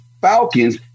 Falcons